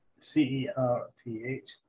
CERTH